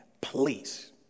Please